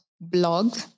blog